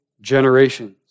generations